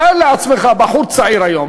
תאר לעצמך, בחור צעיר היום